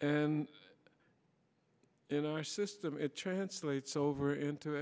and in our system it translates over into